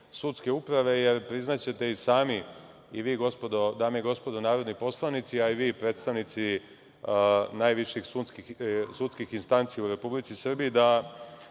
sudske uprave, jer priznaćete i sami, i vi, dame i gospodo narodni poslanici, a i vi predstavnici najviših sudskih instanci u Republici Srbiji, da